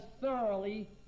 thoroughly